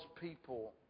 people